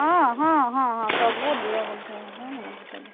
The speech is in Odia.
ହଁ ହଁ ହଁ ହଁ ସବୁ ଦିଅ ଗୋଟେ ହଁ ମନେ ପକାଇଲି